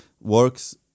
works